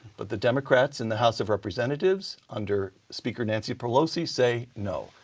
but the democrats and the house of representatives under speaker nancy pelosi, say no.